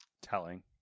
telling